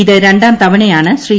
ഇത് രണ്ടാം തവണയാണ് ശ്രീ